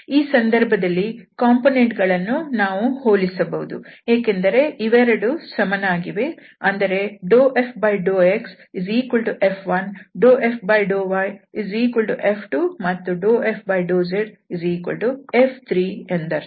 ಈ ಸಂದರ್ಭದಲ್ಲಿ ಕಾಂಪೊನೆಂಟ್ ಗಳನ್ನು ನಾವು ಹೋಲಿಸಬಹುದು ಯಾಕೆಂದರೆ ಇವೆರಡು ಸಮವಾಗಿವೆ ಅಂದರೆ δfδxF1 δfδyF2 ಮತ್ತು δfδzF3 ಎಂದರ್ಥ